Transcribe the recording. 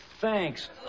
thanks